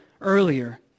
earlier